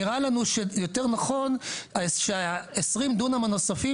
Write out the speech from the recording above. נראה לנו שיותר נכון שה-20 דונם הנוספים